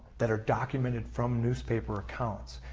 that are documented from newspaper accounts.